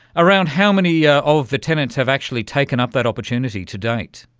around how many yeah of the tenants have actually taken up that opportunity to date?